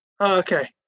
Okay